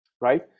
right